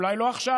אולי לא עכשיו.